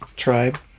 Tribe